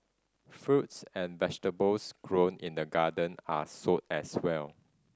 fruits and vegetables grown in the garden are sold as well